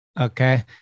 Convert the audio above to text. Okay